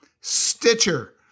Stitcher